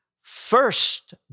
first